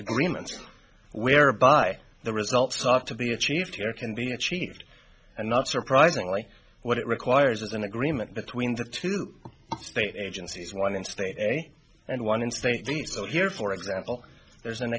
agreement whereby the results not to be achieved here can be achieved and not surprisingly what it requires is an agreement between the two state agencies one in stay and one in spain so here for example there's an